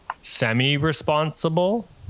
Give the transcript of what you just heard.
semi-responsible